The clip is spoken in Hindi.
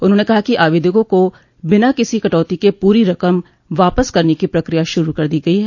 उन्होंने कहा कि आवेदकों को बिना किसी कटौती के पूरी रकम वापस करने की प्रक्रिया शुरू कर दी गई है